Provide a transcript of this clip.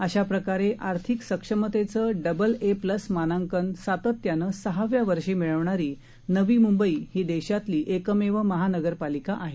अशाप्रकारे आर्थिक सक्षमतेच डबल ए प्लस मानांकन सातत्यानं सहाव्या वर्षी मिळविणारी नवी म्ंबई ही देशातली एकमेव महानगरपालिका आहे